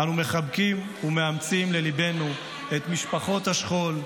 אנו מחבקים ומאמצים לליבנו את משפחות השכול,